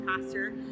pastor